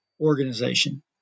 organization